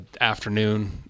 afternoon